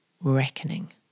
reckoning